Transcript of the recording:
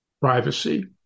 privacy